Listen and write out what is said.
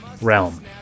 realm